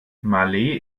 malé